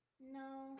No